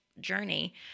journey